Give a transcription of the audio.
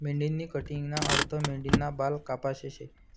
मेंढीनी कटिंगना अर्थ मेंढीना बाल कापाशे शे